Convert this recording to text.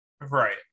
Right